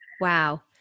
wow